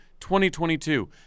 2022